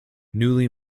newly